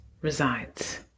resides